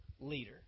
leader